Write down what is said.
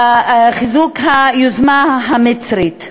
חיזוק היוזמה המצרית.